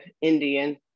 Indian